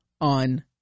on